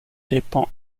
dépend